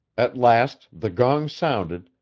at last the gong sounded,